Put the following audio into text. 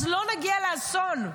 אז לא נגיע לאסון.